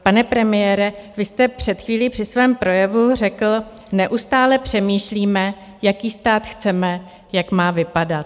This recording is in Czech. Pane premiére, vy jste před chvílí při svém projevu řekl, neustále přemýšlíme, jaký stát chceme, jak má vypadat.